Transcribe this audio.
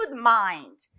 mind